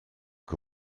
que